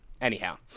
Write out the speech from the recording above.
Anyhow